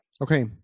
Okay